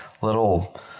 little